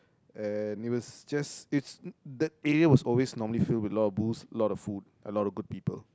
and it was just it's that area was always normally filled with a lot of booze a lot of food a lot of good people